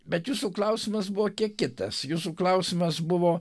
bet jūsų klausimas buvo kiek kitas jūsų klausimas buvo